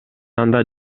анда